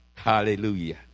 Hallelujah